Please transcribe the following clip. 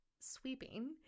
sweeping